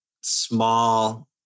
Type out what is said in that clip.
small